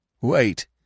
Wait